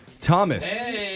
Thomas